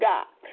God